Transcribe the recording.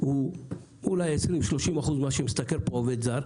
הוא אולי 20% 30% ממה שמשתכר פה עובד זר.